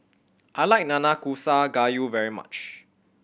I like Nanakusa Gayu very much